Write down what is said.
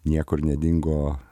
niekur nedingo